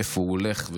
או לאיפה הוא הולך.